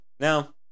Now